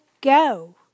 go